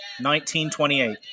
1928